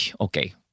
Okay